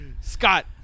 Scott